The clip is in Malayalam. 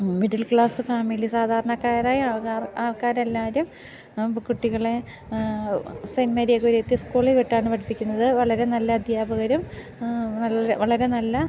മിഡിൽ ക്ലാസ് ഫാമിലി സാധാരണക്കാരായ ആൾക്കാർ ആൾക്കാരെല്ലാവരും കുട്ടികളെ സെൻറ്റ് മേരിയരുയത്തി സ്കൂളിൽ വിട്ടാണ് പഠിപ്പിക്കുന്നത് വളരെ നല്ല അദ്ധ്യാപകരും നല്ല വളരെ നല്ല